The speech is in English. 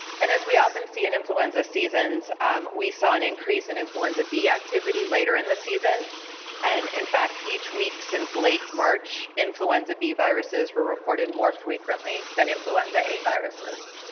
and as we often see in influenza seasons um we saw an increase in influenza b activity later in the season and, in fact, each week since late march influenza b viruses were reported more frequently than influenza a viruses.